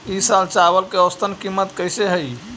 ई साल चावल के औसतन कीमत कैसे हई?